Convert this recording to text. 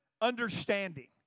understanding